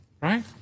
Right